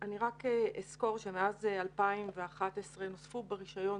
אני אסקור שמאז 2011 נוספו ברישיון,